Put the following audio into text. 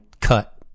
cut